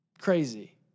crazy